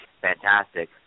fantastic